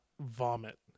vomit